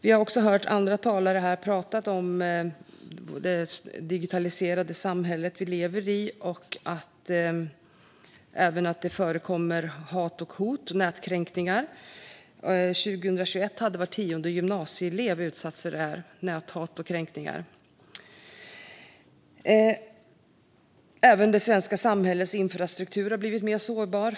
Vi har hört andra talare här prata om det digitaliserade samhälle som vi lever i och om att det förekommer hat, hot och nätkränkningar. År 2021 hade var tionde gymnasieelev utsatts för näthat och kränkningar. Även det svenska samhällets infrastruktur har blivit mer sårbar.